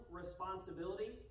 responsibility